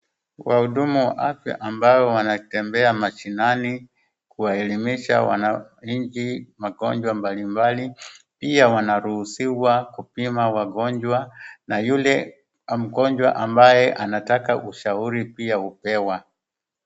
Wahudumu wa afya ambao wanatembea mashinani, kuwaelimisha wananchi magonjwa mbalimbali pia wanaruhusiwa kupima wagonjwa na yule mgonjwa ambaye anataka ushauri pia hupewa.